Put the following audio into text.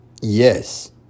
yes